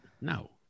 No